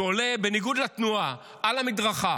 שעולה בניגוד לתנועה על המדרכה